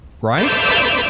right